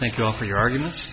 thank you for your arguments